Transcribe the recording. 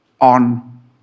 on